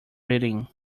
reading